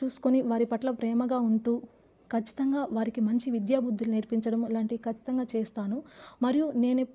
చూసుకొని వారి పట్ల ప్రేమగా ఉంటూ ఖచ్చితంగా వారికి మంచి విద్యాబుద్ధులు నేర్పించడం ఇలాంటివి ఖచ్చితంగా చేస్తాను మరియు నేను ఎప్